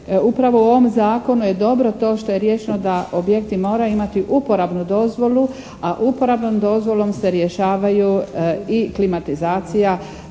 upravo u ovom zakonu je dobro to što je riješeno da objekti moraju imati uporabnu dozvolu, a uporabnom dozvolom se rješavaju i klimatizacija